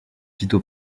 vito